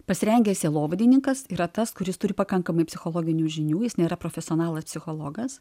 pasirengęs sielovadininkas yra tas kuris turi pakankamai psichologinių žinių jis nėra profesionalas psichologas